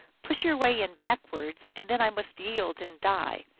push your way in backwards, and then i must yield and die.